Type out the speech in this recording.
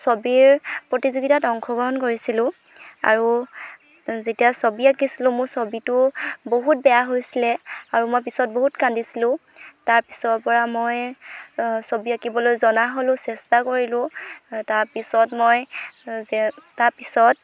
ছবিৰ প্ৰতিযোগিতাত অংশগ্ৰহণ কৰিছিলোঁ আৰু যেতিয়া ছবি আঁকিছিলোঁ মোৰ ছবিটো বহুত বেয়া হৈছিলে আৰু মই পিছত বহুত কান্দিছিলোঁ তাৰ পিছৰপৰা মই ছবি আঁকিবলৈ জনা হ'লো চেষ্টা কৰিলোঁ তাৰপিছত মই যে তাৰপিছত